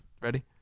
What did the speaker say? Ready